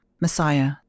Messiah